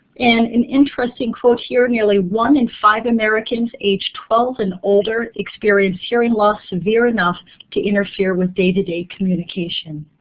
and an interesting quote here nearly one in five americans age twelve and older experience hearing loss severe enough to interfere with day-to-day communication.